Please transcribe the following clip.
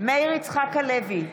מאיר יצחק הלוי,